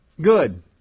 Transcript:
good